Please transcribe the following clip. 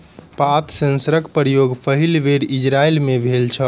पात सेंसरक प्रयोग पहिल बेर इजरायल मे भेल छल